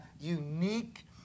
unique